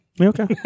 okay